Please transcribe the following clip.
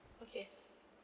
okay